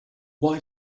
why